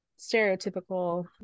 stereotypical